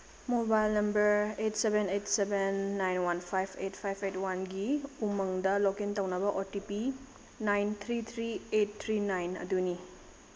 mobile number eight seven eight seven nine one five eight five eight ꯋꯥꯟꯒꯤ ꯎꯃꯪꯗ login ꯇꯧꯅꯕ O T P nine three three eight three nine ꯑꯗꯨꯅꯤ